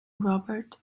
robert